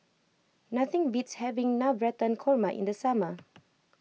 nothing beats having Navratan Korma in the summer